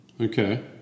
Okay